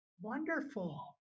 wonderful